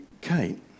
Kate